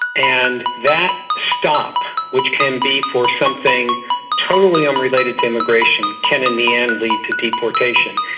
and that stop, which can be for something totally unrelated to immigration, can in the end lead to deportation.